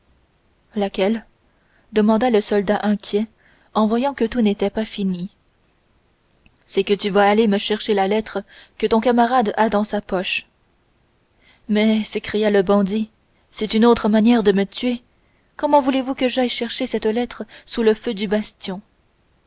laquelle demanda le soldat inquiet en voyant que tout n'était pas fini c'est que tu vas aller me chercher la lettre que ton camarade a dans sa poche mais s'écria le bandit c'est une autre manière de me tuer comment voulez-vous que j'aille chercher cette lettre sous le feu du bastion